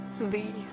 Lee